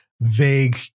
vague